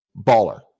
Baller